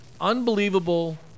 unbelievable